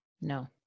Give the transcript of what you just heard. No